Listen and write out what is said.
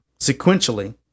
sequentially